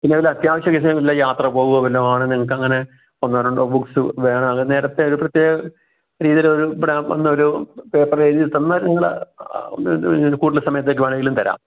പിന്നെ വല്ല അത്യാവശ്യ കേസുകളിൽ യാത്രപോവോ വല്ലോ ആണ് നിങ്ങൾക്കങ്ങനെ ഒന്നോ രണ്ടോ ബുക്ക്സ് വേണം അങ്ങനെ നേരത്തെ ഒരു പ്രത്യേക രീതിലൊരു ഇവിടെവന്നൊരു പേപ്പര് എഴുതിത്തന്നാല് ഞങ്ങൾ കൂടുതൽ സമയത്തേക്ക് വേണമെങ്കിലും തരാം